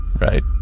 Right